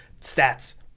stats